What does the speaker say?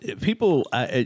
people